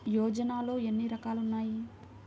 యోజనలో ఏన్ని రకాలు ఉన్నాయి?